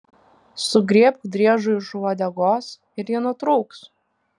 sugriebk driežui už uodegos ir ji nutrūks